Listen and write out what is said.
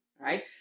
right